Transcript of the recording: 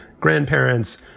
grandparents